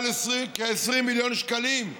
כ-20 מיליון שקלים,